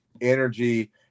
energy